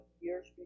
years